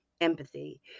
empathy